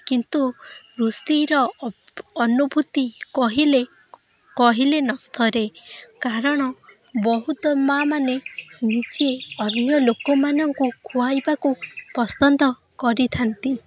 କିନ୍ତୁ ରୋଷେଇର ଅନୁଭୂତି କହିଲେ କହିଲେ ନ ସରେ କାରଣ ବହୁତ ମାଁ ମାନେ ନିଜେ ଅନ୍ୟ ଲୋକମାନଙ୍କୁ ଖୁଆଇବାକୁ ପସନ୍ଦ କରିଥାନ୍ତି